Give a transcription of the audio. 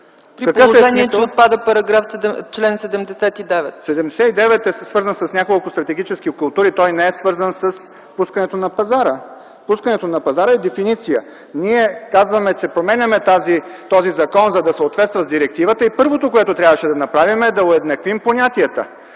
При положение че отпада чл.79. ЛЪЧЕЗАР ТОШЕВ: Член 79 е свързан с няколко стратегически култури, той не е свързан с пускането на пазара. Пускането на пазара е дефиниция. Ние казваме, че променяме този закон, за да съответства с директивата и първото, което трябваше да направим, е да уеднаквим понятията.